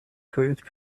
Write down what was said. quite